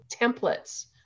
templates